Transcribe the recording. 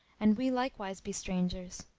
and we likewise be strangers!